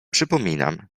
przypominam